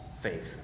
faith